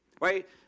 Right